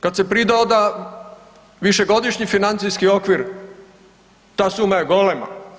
Kad se pridoda višegodišnji financijski okvir ta suma je golema.